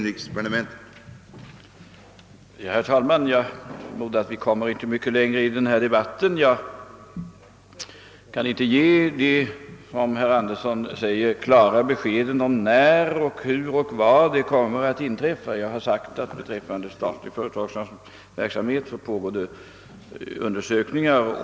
Herr talman! Jag förmodar att vi inte kommer mycket längre i denna debatt. Jag kan inte ge klara besked om när, hur och var sådana saker kommer att inträffa som herr Andersson i Luleå efterlyste. Men jag har sagt att det beträffande den statliga företagsverksamheten pågår undersökningar.